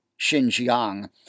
Xinjiang